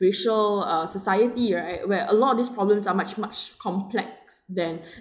racial uh society right where a lot of these problems are much much complex than